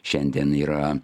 šiandien yra